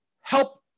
help